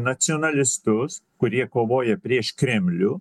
nacionalistus kurie kovoja prieš kremlių